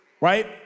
right